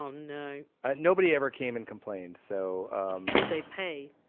um you know ah nobody ever came and complained so um did they pay?